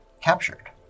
captured